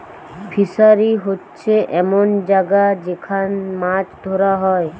fishery হোচ্ছে এমন জাগা যেখান মাছ ধোরা হয়